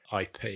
ip